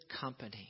company